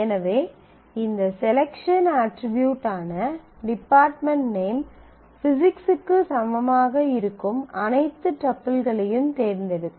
எனவே இந்த செலக்க்ஷன் அட்ரிபியூடான டிபார்ட்மெண்ட் நேம் பிசிக்ஸ்க்கு சமமாக இருக்கும் அனைத்து டப்பிள்களையும் தேர்ந்தெடுக்கும்